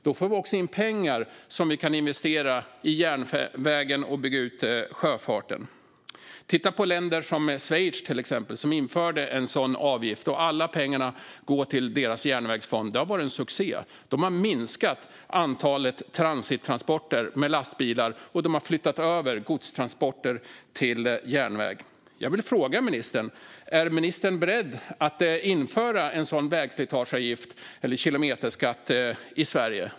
Då får vi också in pengar som vi kan investera i järnvägen och bygga ut sjöfarten. Titta på länder som Schweiz, som infört en avgift. Alla pengarna går till landets järnvägsfond. Det har varit en succé. De har minskat antalet transittransporter med lastbilar, och de har flyttat över godstransporter till järnväg. Är ministern beredd att införa en sådan vägslitageavgift eller kilometerskatt i Sverige?